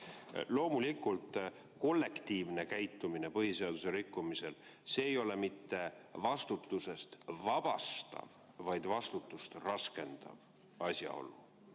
Loomulikult kollektiivne käitumine põhiseaduse rikkumisel ei ole mitte vastutusest vabastav, vaid vastutust raskendav asjaolu.